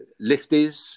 lifties